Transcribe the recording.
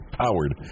powered